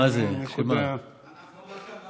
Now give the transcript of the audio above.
סגן השר,